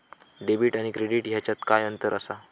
Debit आणि credit ह्याच्यात काय अंतर असा?